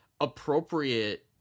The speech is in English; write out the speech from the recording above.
appropriate